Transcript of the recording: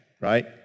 right